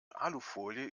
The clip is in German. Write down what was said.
alufolie